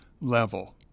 level